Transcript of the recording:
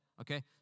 Okay